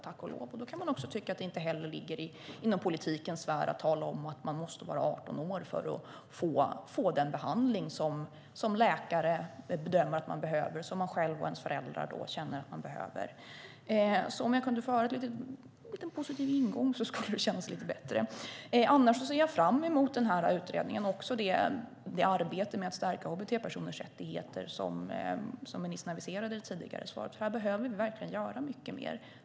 Man kan tycka att det inte heller ligger inom politikens sfär att säga att man måste var 18 år för att få den behandling som läkare bedömer att man behöver och som man själv och ens föräldrar känner att man behöver. Om jag kunde få höra en positiv ingång skulle det kännas bättre. Jag ser fram mot utredningen och det arbete med att stärka hbt-personers rättigheter som ministern aviserade tidigare. Vi behöver göra mycket mer.